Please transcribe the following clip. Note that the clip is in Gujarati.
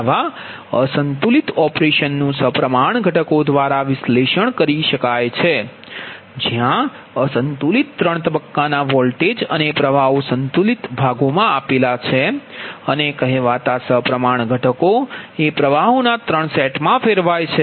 આવા અસંતુલિત ઓપરેશનનું સપ્રમાણ ઘટકો દ્વારા વિશ્લેષણ કરી શકાય છે જ્યાં અસંતુલિત ત્રણ તબક્કાના વોલ્ટેજ અને પ્રવાહો સંતુલિત ભાગો છે અને કહેવાતા સપ્રમાણ ઘટકો એ પ્રવાહોના ત્રણ સેટમાં ફેરવાય છે